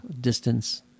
distance